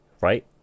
right